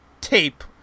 tape